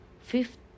Fifth